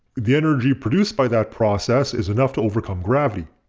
the energy produced by that process is enough to overcome gravity.